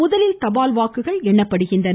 முதலில் தபால் வாக்குகள் எண்ணப்படுகின்றன